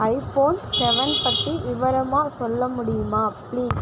iPhone seven பற்றி விவரமாக சொல்ல முடியுமா பிளீஸ்